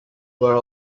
were